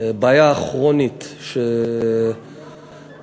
בעיה כרונית שפגעה,